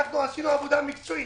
עשינו עבודה מקצועית,